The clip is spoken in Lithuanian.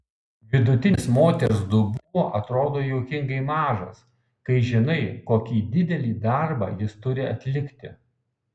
vidutinis moters dubuo atrodo juokingai mažas kai žinai kokį didelį darbą jis turi atlikti